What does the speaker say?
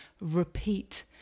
repeat